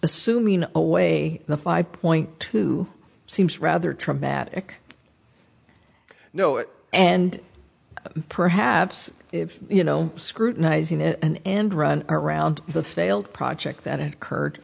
assuming away the five point two seems rather traumatic know it and perhaps if you know scrutinising an end run around the failed project that occurred